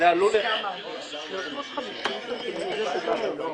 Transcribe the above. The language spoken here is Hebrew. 350 סנטימטר מרובע?